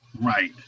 Right